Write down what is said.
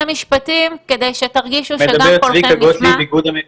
משפטים כדי שתרגישו שגם קולכם נשמע.